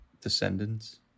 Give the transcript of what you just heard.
descendants